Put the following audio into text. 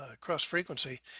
cross-frequency